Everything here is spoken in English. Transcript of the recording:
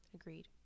Agreed